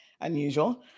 unusual